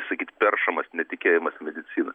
sakyt peršamas netikėjimas medicina